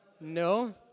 No